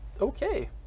Okay